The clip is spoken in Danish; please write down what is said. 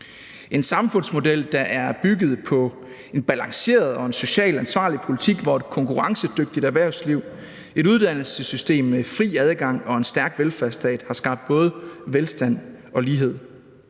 en samfundsmodel, der er bygget på en balanceret og en socialt ansvarlig politik, hvor et konkurrencedygtigt erhvervsliv, et uddannelsessystem med fri adgang og en stærk velfærdsstat har skabt både velstand og lighed.